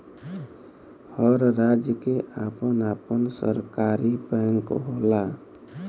हर राज्य के आपन आपन सरकारी बैंक होला